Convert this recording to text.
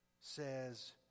says